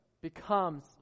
becomes